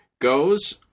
goes